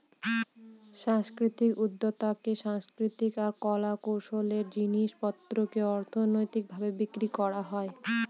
সাংস্কৃতিক উদ্যক্তাতে সাংস্কৃতিক আর কলা কৌশলের জিনিস পত্রকে অর্থনৈতিক ভাবে বিক্রি করা হয়